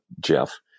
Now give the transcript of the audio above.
Jeff